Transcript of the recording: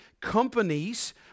companies